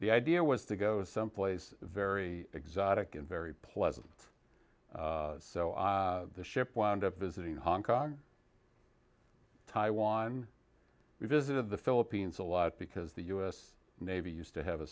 the idea was to go someplace very exotic and very pleasant so i ship wound up visiting hong kong taiwan we visited the philippines a lot because the u s navy used to have a